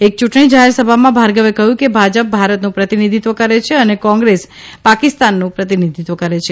એક ચૂંટણી જાહેરસભામાં ભાર્ગવે કહ્યું કે ભાજપ ભારતનું પ્રતિનિધિત્વ કરે છે અને કોંગ્રેસ પાકિસ્તાનનું પ્રતિનિધિત્વ કરે છે